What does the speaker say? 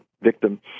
victim